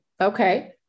okay